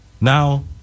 Now